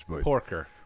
Porker